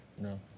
No